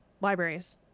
libraries